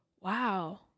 wow